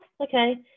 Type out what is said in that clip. okay